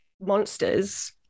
monsters